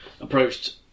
approached